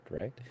right